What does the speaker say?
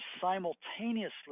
simultaneously